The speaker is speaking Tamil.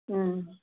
ம்